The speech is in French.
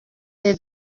des